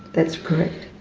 that's correct.